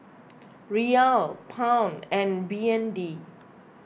Riyal Pound and B N D